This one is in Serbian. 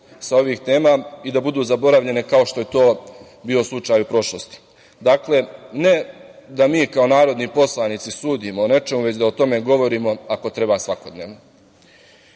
sa ovih tema i da budu zaboravljene, kao što je to bio slučaj u prošlosti. Dakle, ne da mi kao narodni poslanici sudimo o nečemu, već da o tome govorimo, ako treba svakodnevno. Nije